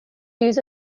use